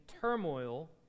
turmoil